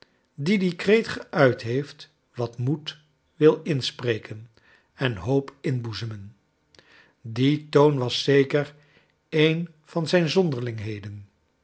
die dien kreet geuit heeft wat moed wil inspreken en hoop inboezemen die toon was zeker een van zijn zonderlingheden